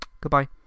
goodbye